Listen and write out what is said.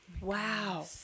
Wow